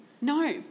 No